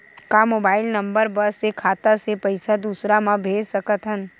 का mobile number बस से खाता से पईसा दूसरा मा भेज सकथन?